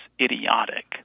idiotic